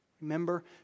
remember